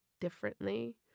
differently